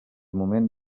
moment